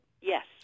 Yes